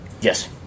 Yes